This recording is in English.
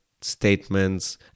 statements